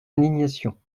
indignation